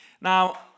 Now